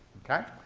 okay?